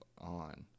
on